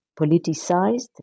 politicized